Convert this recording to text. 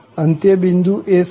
અંત્યબિંદુ એ શા માટે